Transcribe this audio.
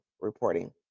reporting